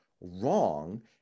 wrong